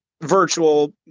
virtual